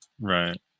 Right